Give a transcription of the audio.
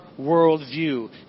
worldview